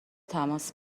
تماس